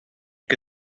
que